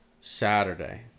Saturday